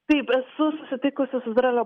taip esu susitikusi su izraelio